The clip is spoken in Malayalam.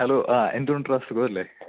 ഹലോ ആ എന്തുണ്ടെടാ സുഖമല്ലേ